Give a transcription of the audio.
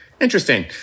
Interesting